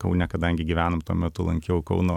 kaune kadangi gyvenom tuo metu lankiau kauno